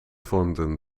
vormden